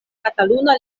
kataluna